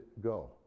go